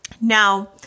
now